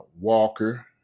Walker